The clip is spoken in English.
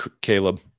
Caleb